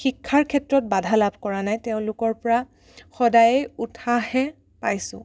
শিক্ষাৰ ক্ষেত্ৰত বাধা লাভ কৰা নাই তেওঁলোকৰপৰা সদায়েই উৎসাহহে পাইছোঁ